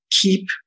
keep